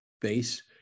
base